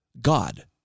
God